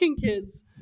kids